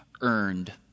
earned